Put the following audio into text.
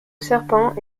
serpent